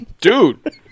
dude